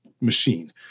machine